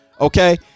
okay